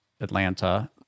Atlanta